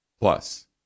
Plus